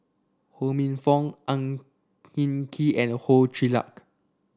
Ho Minfong Ang Hin Kee and Ho Chee Luck